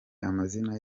amazina